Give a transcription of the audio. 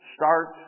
start